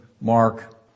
Mark